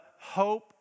hope